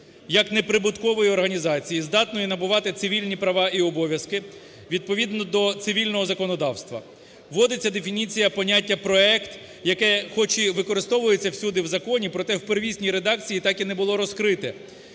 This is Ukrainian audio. як неприбуткової організації, здатної набувати цивільні права і обов'язки відповідно до цивільного законодавства. Вводиться дефініція поняття "проект", яке хоч і використовується всюди в законі, проте в первісній редакції так і не було розкрите.